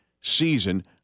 season